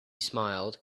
smiled